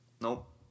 Nope